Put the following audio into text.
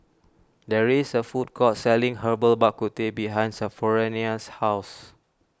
there is a food court selling Herbal Bak Ku Teh behind Sophronia's house